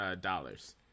dollars